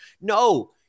No